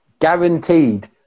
guaranteed